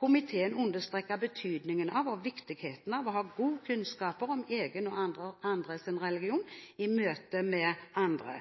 Komiteen understreker betydningen og viktigheten av å ha gode kunnskaper om egen og andres religion i møte med andre